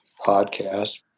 podcast